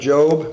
Job